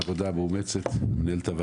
מנהלת הוועדה, על העבודה המאומצת.